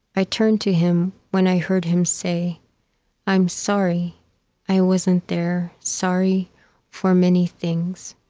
i turned to him when i heard him say i'm sorry i wasn't there sorry for many things